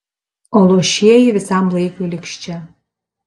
o luošieji visam laikui liks čia